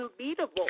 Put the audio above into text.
unbeatable